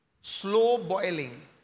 slow-boiling